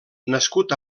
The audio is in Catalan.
nascut